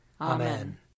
Amen